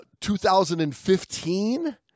2015